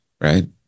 right